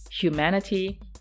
humanity